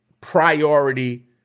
priority